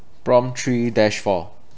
prompt three dash four